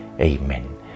Amen